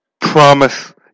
promise